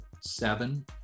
seven